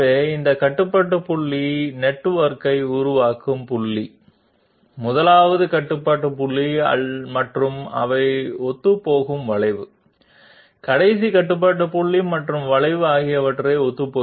కాబట్టి ఈ control point నెట్వర్క్ను రూపొందించే పాయింట్లు మొదట కంట్రోల్ పాయింట్ మరియు అవి యాదృచ్చికంగా ఉంటాయి చివరి కంట్రోల్ పాయింట్ మరియు కర్వ్ కూడా యాదృచ్చికంగా ఉంటాయి